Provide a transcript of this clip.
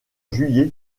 juillet